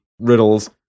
riddles